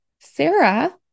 Sarah